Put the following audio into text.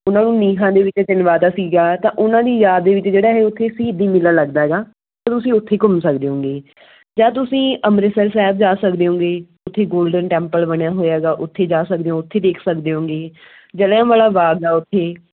ਉਹਨਾਂ ਨੂੰ ਨੀਹਾਂ ਦੇ ਵਿੱਚ ਚਿਣਵਾ ਤਾ ਸੀਗਾ ਤਾਂ ਉਹਨਾਂ ਦੀ ਯਾਦ ਦੇ ਵਿੱਚ ਜਿਹੜਾ ਇਹ ਉੱਥੇ ਸ਼ਹੀਦੀ ਮੇਲਾ ਲੱਗਦਾ ਹੈਗਾ ਤਾਂ ਤੁਸੀਂ ਉੱਥੇ ਘੁੰਮ ਸਕਦੇ ਓਂਗੇ ਜਾਂ ਤੁਸੀਂ ਅੰਮ੍ਰਿਤਸਰ ਸਾਹਿਬ ਜਾ ਸਕਦੇ ਓਂਗੇ ਉੱਥੇ ਗੋਲਡਨ ਟੈਂਪਲ ਬਣਿਆ ਹੋਇਆ ਹੈਗਾ ਉੱਥੇ ਜਾ ਸਕਦੇ ਹੋ ਉੱਥੇ ਦੇਖ ਸਕਦੇ ਓਂਗੇ ਜਲਿਆਂਵਾਲਾ ਬਾਗ ਆ ਉੱਥੇ